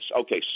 okay